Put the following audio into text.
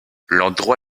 l’endroit